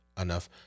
enough